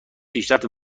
پیشرفت